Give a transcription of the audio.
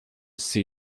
see